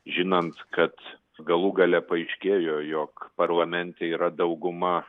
žinant kad galų gale paaiškėjo jog parlamente yra dauguma